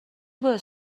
باعث